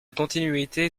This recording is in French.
continuité